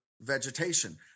vegetation